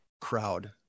crowd